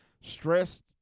stressed